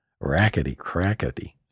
Rackety-crackety